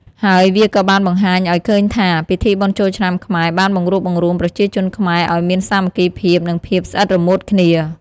ហើយវាក៏បានបង្ហាញឱ្យឃើញថា ពិធីបុណ្យចូលឆ្នាំខ្មែរបានបង្រួបបង្រួមប្រជាជនខ្មែរឲ្យមានសាមគ្គីភាព និងភាពស្អិតរមួតគ្នា។